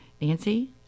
Nancy